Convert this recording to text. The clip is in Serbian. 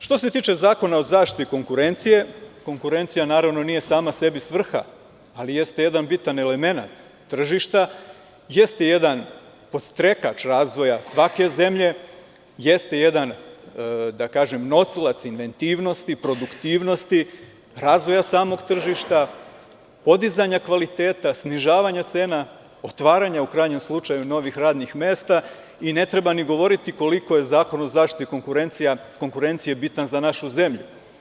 Što se tiče Zakona o zaštiti konkurencije, konkurencija nije sama sebi svrha, ali jeste jedan bitan elemenat tržišta, jeste jedan podstrekač razvoja svake zemlje, jeste jedan nosilac inventivnosti, produktivnosti, razvoja samog tržišta, podizanja kvaliteta, snižavanje cena, otvaranja novih radnih mesta i ne treba govoriti koliko je Zakon o zaštiti konkurencije bitan za našu zemlju.